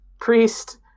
priest